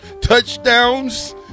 touchdowns